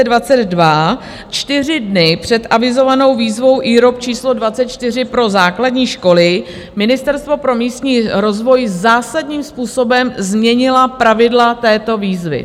26. 9. 2022, čtyři dny před avizovanou výzvou IROP číslo 24 pro základní školy, Ministerstvo pro místní rozvoj zásadním způsobem změnilo pravidla této výzvy.